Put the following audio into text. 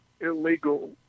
illegal